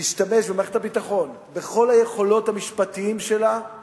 ומערכת הביטחון משתמשים בכל היכולות המשפטיות שלהם